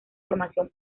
formación